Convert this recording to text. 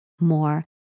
more